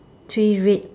three red